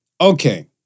okay